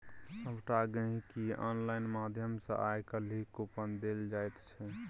सभटा गहिंकीकेँ आनलाइन माध्यम सँ आय काल्हि कूपन देल जाइत छै